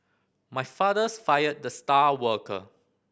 my fathers fired the star worker